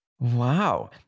Wow